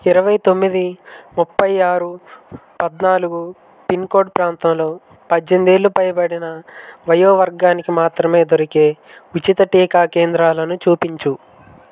ఇరవై తొమ్మిది ముప్పై ఆరు పద్నాలుగు పిన్కోడ్ ప్రాంతంలో పజ్జెనిమిదేళ్ళు ఏళ్లు పైబడిన వయో వర్గానికి మాత్రమే దొరికే ఉచిత టీకా కేంద్రాలను చూపించు